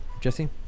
jesse